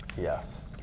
Yes